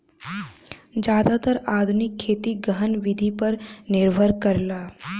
जादातर आधुनिक खेती गहन विधि पर निर्भर करला